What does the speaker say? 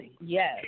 Yes